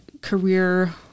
career